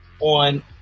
on